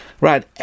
Right